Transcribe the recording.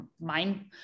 mind